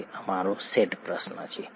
તે અમારો સેટ પ્રશ્ન છે